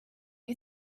you